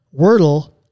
Wordle